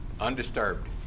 Undisturbed